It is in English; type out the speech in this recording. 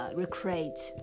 recreate